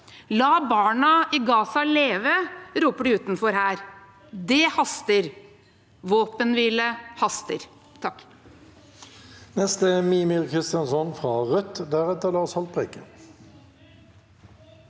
La barna i Gaza leve, roper de utenfor her. Det haster – våpenhvile haster. Mímir